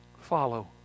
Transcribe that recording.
follow